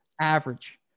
average